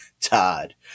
Todd